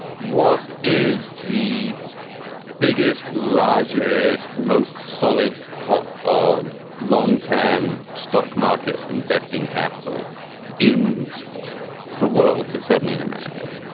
what is the biggest, largest, most solid pot of long term stock market investing capital in the world? but suddenly in america,